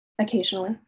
occasionally